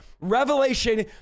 revelation